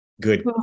good